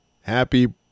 happy